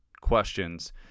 Questions